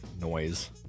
noise